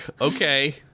okay